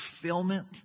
fulfillment